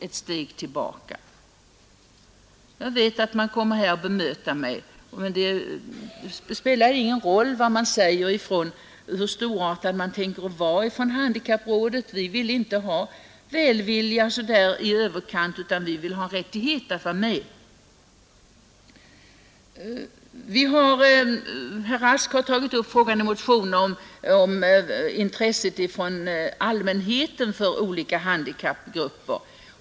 Jag vet att man kommer att bemöta mig. Men det spelar ingen roll hur storartad man tänker vara från handikapprådet. Vi vill inte ha välvilja i överkant utan rättighet att vara med. Herr Rask har i en motion tagit upp frågan om intresset från allmänheten för olika handikappgrupper.